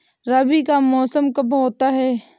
रबी का मौसम कब होता हैं?